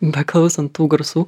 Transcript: beklausant tų garsų